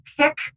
pick